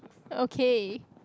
okay